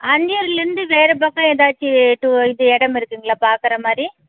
அந்தியூர்லிருந்து வேறு பக்கம் ஏதாச்சும் டு இது இடம் இருக்குதுங்களா பார்க்கற மாதிரி